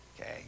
Okay